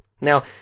Now